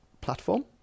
platform